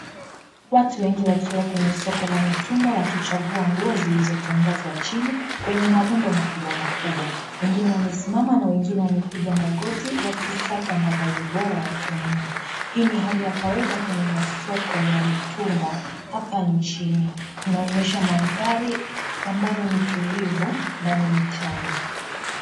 Watu wengi wakiwa kwenye soko la mitumba wakichagua nguo zilizotandazwa chini, kwenye marundo makubwa makubwa, wengine wamesimama na wengine wakipiga magoti wakisaka mavazi bora ya kununua, hii ni hali ya kawaida kwenye masoko ya mitumba, hapa nchini, inaonyesha manthari, ambayo ni tulivu, na ni mchana.